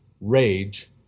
rage